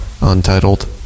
Untitled